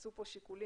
נכנסו כאן שיקולים.